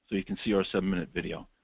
so you can see our seven-minute video.